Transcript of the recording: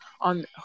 on